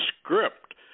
script